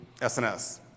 SNS